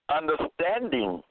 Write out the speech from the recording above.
understanding